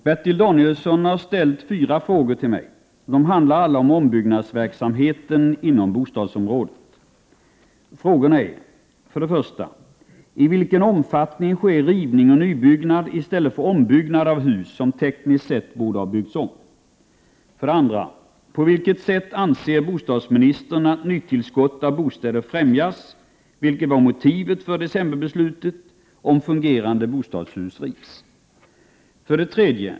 Herr talman! Bertil Danielsson har ställt fyra frågor till mig. De handlar alla om ombyggnadsverksamheten inom bostadsområdet. Frågorna är: 1. I vilken omfattning sker rivning och nybyggnad i stället för ombyggnad av hus som tekniskt sett borde ha byggts om? 2. På vilket sätt anser bostadsministern att nytillskottet av bostäder främjas — vilket var motivet för decemberbeslutet — om fungerande bostadshus rivs? 3.